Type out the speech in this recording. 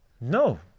No